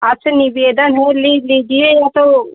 आपसे निवेदन है ले लीजिए या तो